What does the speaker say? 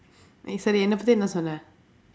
சரி என்னே பத்தி என்ன சொன்னே:sari ennee paththi enna sonnee